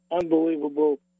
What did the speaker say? Unbelievable